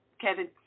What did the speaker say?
Kevin